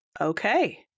Okay